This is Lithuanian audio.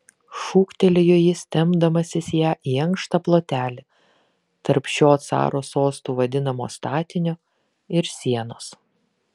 šūktelėjo jis tempdamasis ją į ankštą plotelį tarp šio caro sostu vadinamo statinio ir sienos